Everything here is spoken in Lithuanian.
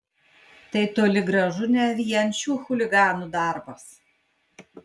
tai toli gražu ne vien šių chuliganų darbas